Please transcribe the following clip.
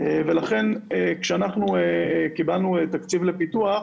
ולכן, כשאנחנו קיבלנו תקציב לפיתוח,